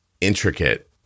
intricate